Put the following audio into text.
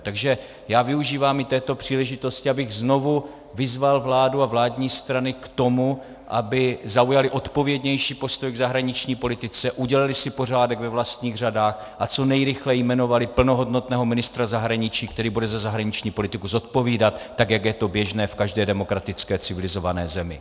Takže já využívám i této příležitosti, abych znovu vyzval vládu a vládní strany k tomu, aby zaujaly odpovědnější postoj k zahraniční politice, udělaly si pořádek ve vlastních řadách a co nejrychleji jmenovaly plnohodnotného ministra zahraničí, který bude za zahraniční politiku zodpovídat, jak je to běžné v každé demokratické civilizované zemi.